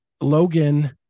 Logan